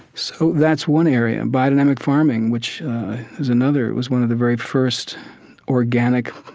so that's one area. and biodynamic farming, which is another, was one of the very first organic